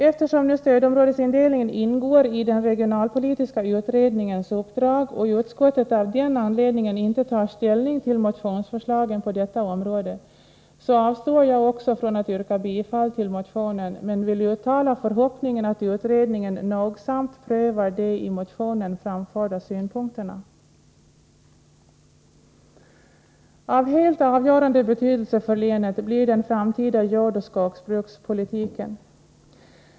Eftersom stödområdesindelningen ingår i den regionalpolitiska utredningens uppdrag och utskottet av den anledningen inte tar ställning till motionsförslagen på detta område, avstår jag från att yrka bifall till motionen. Jag vill dock uttala förhoppningen att utredningen noga prövar de i motionen framförda synpunkterna. Av helt avgörande betydelse för länet blir den framtida jordoch skogsbrukspolitiken.